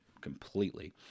completely